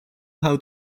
how